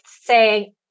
say